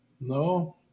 no